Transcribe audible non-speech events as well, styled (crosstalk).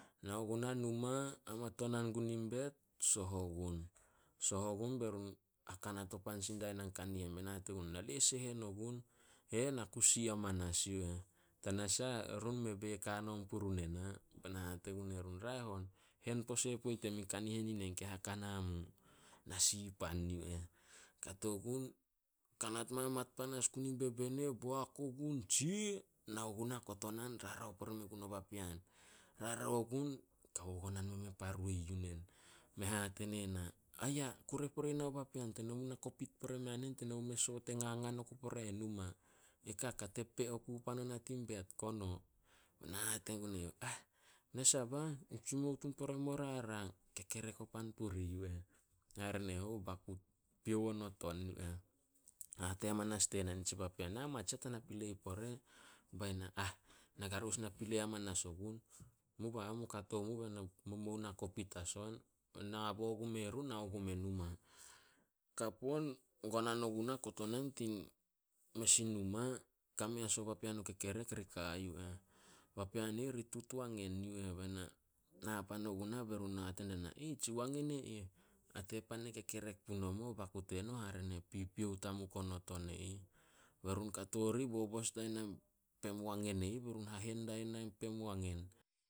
Nao guna numa, hamatonan gun in bet, soh ogun. Soh ogun be run hakanat sin o pan die na in kanihen. Bae na hate gun erun, "Na les e hen ogun." He eh, na ku si amanas yu eh. Tanasah erun mei beek hanon purun ena. Be na hate gun erun, "Raeh on hen pose poit yem kanihen inen ke haka namu." Na si pan yu eh. Kato gun kanat mamaat panas gun in bebene, boak ogun, tsia. Nao gunah kotonan rarao pore men gun o papean. Rarao ogun, kawo gonan memen pa roi yu nen. Me hate ne na, "Aya, kure pore i nao papean teno muna kopit pore mea nen teno mume soot e ngangan oku pore a nen numa. E ka kate pe oku pan ona tin bet kono." Be na hate gun eyouh, "Ah! nasa bah. Tsi mou tun pore muo rarang." Kekerek o pan purih yu eh. Hare ne hou, baku piou onot on yu eh. Hate amanas die na nitsi papean, "Na ma tsiah tana pilei pore." Bae na, "Ah! Na garous na pilei amanas ogun. Mu ba am, mu kato mu (unintelligible) momou na kopit as on." Nabo gume run be na nao gume numa. Kap on, gonan oguna kotonan tin mes in numa kame as o papean o kekerek ri ka a yu eh. Papean i ih ri tut wangen yu eh. Be na, na pan ogunah be run hate die na, (unintelligible) "Tsi wangen e ih." Nate pan ne kekerek punomo baku teno hare ne pipiou tamup onot on e ih. Be run kato rih bobos dae na pem wangen e ih, be run hahen dae na in pem wangen.